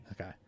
Okay